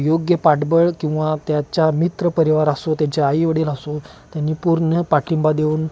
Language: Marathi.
योग्य पाठबळ किंवा त्याच्या मित्रपरिवार असो त्यांचे आईवडील असो त्यांनी पूर्ण पाठिंबा देऊन